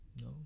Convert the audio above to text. no